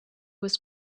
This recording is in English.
was